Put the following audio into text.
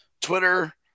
Twitter